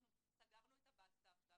אנחנו סגרנו את הבסטה עכשיו.